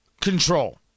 control